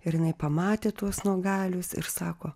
ir jinai pamatė tuos nuogalius ir sako